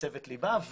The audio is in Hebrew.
וצוות ליב"ה,